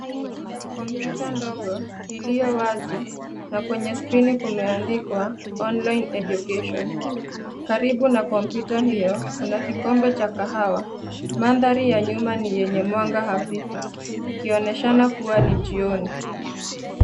Kompyuta ndogo iliyo wazi, na kwenye skrini kumeandikwa online education . Karibu na kompyuta hiyo, kuna kikombe cha kahawa. Mandhari ya nyuma ni yenye mwanga hafifu, ikionyeshana kuwa ni jioni.